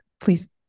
please